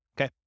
okay